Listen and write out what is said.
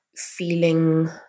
feeling